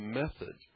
method